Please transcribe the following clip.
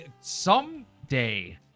Someday